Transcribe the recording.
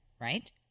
Right